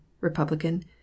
Republican